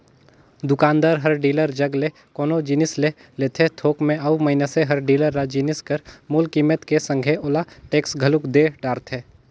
दुकानदार हर डीलर जग ले कोनो जिनिस ले लेथे थोक में अउ मइनसे हर डीलर ल जिनिस कर मूल कीमेत के संघे ओला टेक्स घलोक दे डरथे